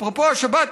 אפרופו השבת.